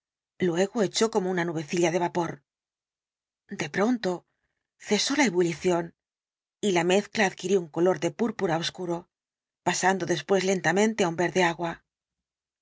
luego echó como una nubécula de vapor de pronto cesó la ebullición y la mezcla adquirió un color de púrpura obscuro pasando después lentamente á un verde agua